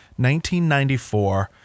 1994